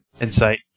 insight